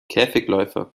käfigläufer